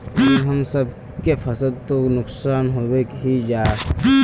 लेकिन हम सब के फ़सल तो नुकसान होबे ही जाय?